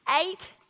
eight